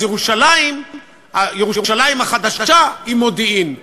אז ירושלים החדשה היא מודיעין.